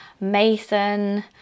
Mason